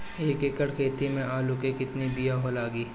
एक एकड़ खेती में आलू के कितनी विया लागी?